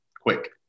quick